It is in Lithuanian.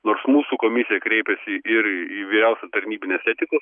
nors mūsų komisija kreipėsi ir į vyriausią tarnybinės etikos